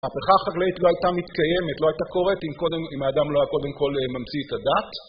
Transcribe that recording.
המהפכה החקלאית לא הייתה מתקיימת, לא הייתה קורית, אם קודם... אם האדם לא היה קודם כל ממציא את הדת.